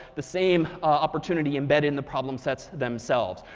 the same opportunity embedded in the problem sets themselves.